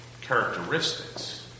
characteristics